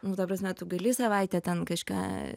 nu ta prasme tu gali savaitę ten kažką